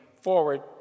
forward